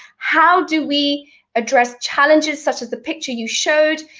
how do we address challenges such as the picture you showed?